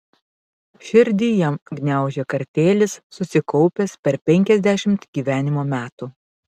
širdį jam gniaužė kartėlis susikaupęs per penkiasdešimt gyvenimo metų